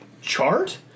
chart